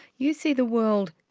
you see the world,